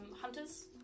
hunters